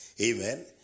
Amen